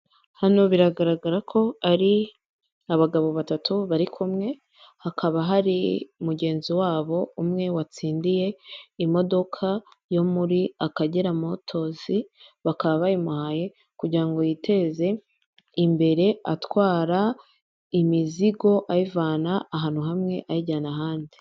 Hano biragaragara ko hari abagabo batatu bari kumwe hakaba hari mugenzi wabo umwe watsindiye imodoka yo muri akagera motors bakaba bayimuhaye kugira ngo yiteze imbere atwara imizigo ayivana ahantu hamwe ayijyana ahandi .